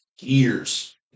years